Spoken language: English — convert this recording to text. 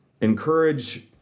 encourage